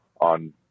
on